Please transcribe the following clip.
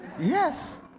Yes